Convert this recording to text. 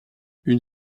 une